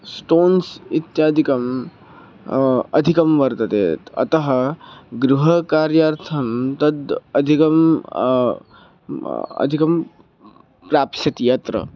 stones इत्यादिकम् अधिकं वर्तते अतः गृहकार्यार्थं तद् अधिकम् अधिकं प्राप्स्यति यत्र